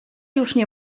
nie